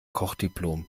kochdiplom